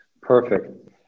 Perfect